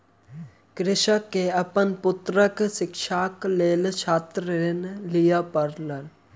कृषक के अपन पुत्रक शिक्षाक लेल छात्र ऋण लिअ पड़ल